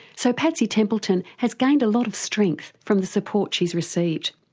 so patsy templeton has gained a lot of strength from the support she's received,